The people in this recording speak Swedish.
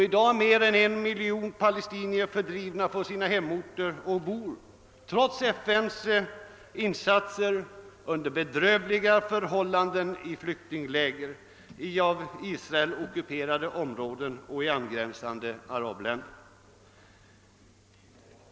I dag är mer än en miljon palestinier fördrivna från sina hemorter och bor — trots FN:s insatser — under bedrövliga förhållanden i flyktingläger i av Israel ockuperade områden och i angränsande arabländer.